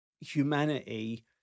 humanity